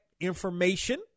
information